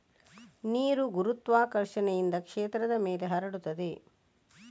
ನೀರು ಗುರುತ್ವಾಕರ್ಷಣೆಯಿಂದ ಕ್ಷೇತ್ರದ ಮೇಲೆ ಹರಡುತ್ತದೆ